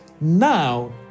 Now